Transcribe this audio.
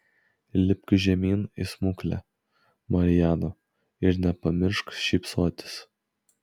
lipk žemyn į smuklę mariana ir nepamiršk šypsotis